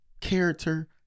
character